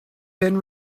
been